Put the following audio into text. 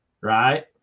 Right